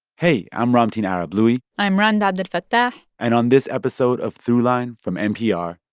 hey, i'm ramtin arablouei i'm rund abdelfatah and on this episode of throughline from npr.